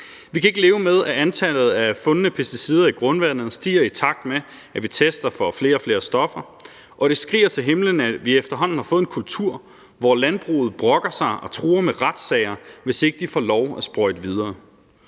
Vi kan ikke leve med, at antallet af fundne pesticider i grundvandet stiger, i takt med at vi tester for flere og flere stoffer, og det skriger til himlen, at vi efterhånden har fået en kultur, hvor landbruget brokker sig og truer med retssager, hvis de ikke får lov til at sprøjte videre.